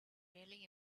really